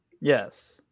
yes